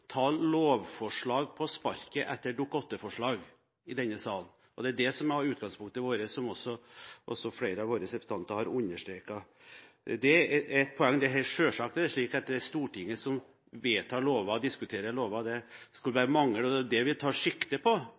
ta lovforslag på sparket etter et Dokument 8-forslag i denne sal. Det er det som er utgangspunktet vårt, som også flere av våre representanter har understreket. Det er ett poeng. Selvsagt er det slik at det er Stortinget som vedtar og diskuterer lover – det skulle bare mangle. Det er det vi tar sikte på